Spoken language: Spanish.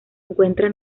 encuentra